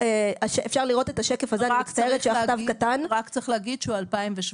--- רק צריך להגיד ש-2017,